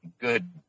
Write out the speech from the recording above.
good